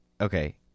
okay